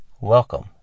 Welcome